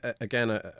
again